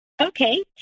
okay